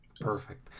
Perfect